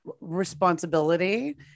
responsibility